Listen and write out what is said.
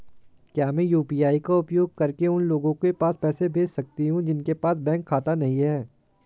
क्या मैं यू.पी.आई का उपयोग करके उन लोगों के पास पैसे भेज सकती हूँ जिनके पास बैंक खाता नहीं है?